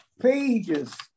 pages